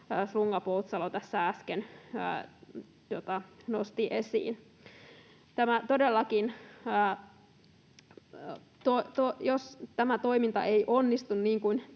Slunga-Poutsalo tässä äsken nosti esiin? Todellakin jos tämä toiminta ei onnistu niin kuin